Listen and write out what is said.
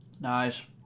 Nice